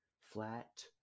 flat